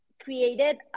created